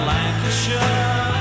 Lancashire